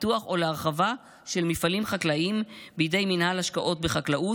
לפיתוח או להרחבה של מפעלים חקלאיים בידי מינהל השקעות בחקלאות,